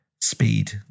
speed